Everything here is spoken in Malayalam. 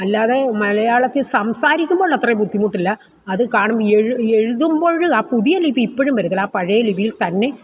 അല്ലാതെ മലയാളത്തിൽ സംസാരിക്കുമ്പോളത്രെ ബുദ്ധിമുട്ടില്ല അത് കാണും എഴുതുമ്പോഴ് ആ പുതിയ ലിപി ഇപ്പഴും വരത്തില്ല ആ പഴയ ലിപിയിൽ തന്നെ